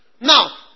Now